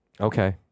Okay